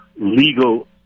legal